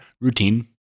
routine